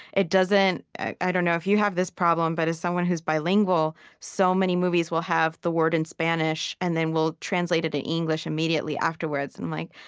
it doesn't and i don't know if you have this problem, but as someone who's bilingual, so many movies will have the word in spanish and then will translate it in english immediately afterwards. and i'm like,